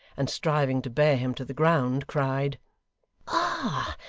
and striving to bear him to the ground, cried ah!